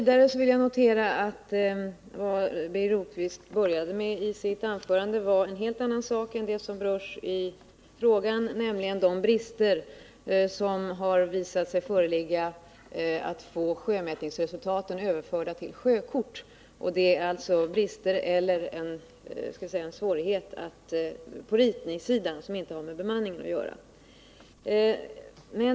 Det Birger Rosqvist tog upp inledningsvis i sitt anförande var en helt annan sak än det frågan gällde, nämligen de brister som visat sig föreligga när det gäller att få sjömätningsresultaten överförda till sjökort. Det är en svårighet på ritningssidan, som inte har med bemanningen att göra.